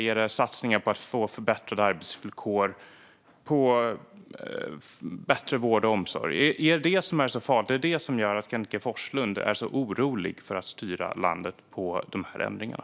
Är det satsningarna på förbättrade arbetsvillkor och bättre vård och omsorg? Är det detta som är så farligt och som gör att Kenneth G Forslund är så orolig för att styra landet på de här ändringarna?